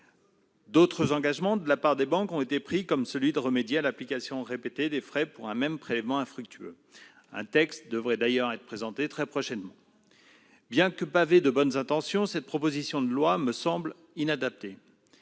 D'autres engagements ont été pris par les banques, comme celui de remédier à l'application répétée de frais sur un même prélèvement infructueux. Un texte devrait d'ailleurs être présenté très prochainement. Bien que pavée de bonnes intentions, cette proposition de loi me semble donc inadaptée.